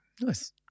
Nice